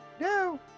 No